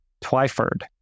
Twyford